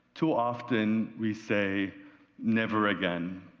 too often we say never again,